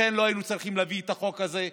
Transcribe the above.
לכן לא היו צריכים להביא את החוק הזה.